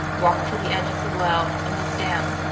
walked to the edge of the well and looked down.